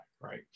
Right